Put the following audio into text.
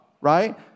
right